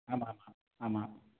ஆமாம் ஆமாம் ஆமாம்